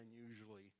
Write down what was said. unusually